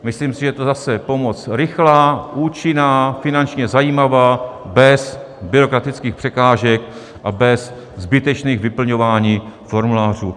Myslím si, že je to zase pomoc rychlá, účinná, finančně zajímavá, bez byrokratických překážek a bez zbytečných vyplňování formulářů.